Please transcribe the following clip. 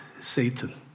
Satan